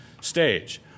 stage